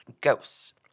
ghosts